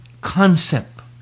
concept